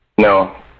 No